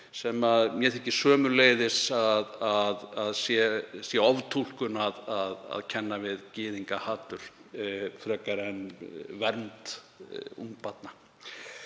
sem mér þykir sömuleiðis vera oftúlkun að kenna við gyðingahatur frekar en vernd ungbarna.